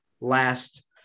last